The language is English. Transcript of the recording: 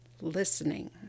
listening